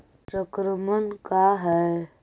संक्रमण का है?